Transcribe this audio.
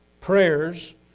prayers